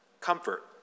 Comfort